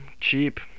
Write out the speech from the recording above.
cheap